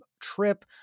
trip